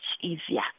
easier